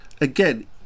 Again